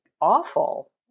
awful